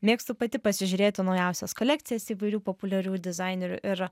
mėgstu pati pasižiūrėti naujausias kolekcijas įvairių populiarių dizainerių ir